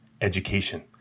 education